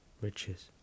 Riches